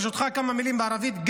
ברשותך כמה מילים בערבית,